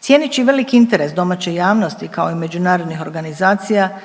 Cijeneći veliki interes domaće javnosti kao i međunarodnih organizacija